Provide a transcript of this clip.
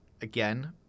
again